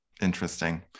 Interesting